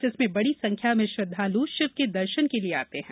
जिसमें बड़ी संख्या में श्रद्वालु शिव के दर्शन के लिए आते हैं